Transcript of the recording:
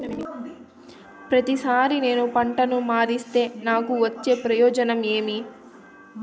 ప్రతిసారి నేను పంటను మారిస్తే నాకు వచ్చే ప్రయోజనం ఏమి?